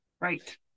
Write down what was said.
Right